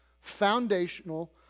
foundational